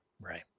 right